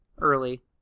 early